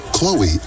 Chloe